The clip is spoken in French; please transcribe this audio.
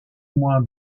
moins